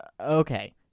Okay